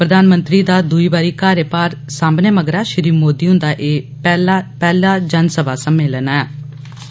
प्रधानमंत्री दा दुई बारी कार्यभार सांभने मगरा श्री मोदी हुन्दा एह् पैहला जनसभा सम्मेलन हा